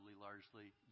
largely